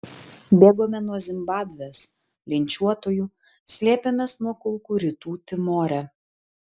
bėgome nuo zimbabvės linčiuotojų slėpėmės nuo kulkų rytų timore